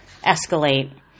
escalate